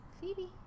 Phoebe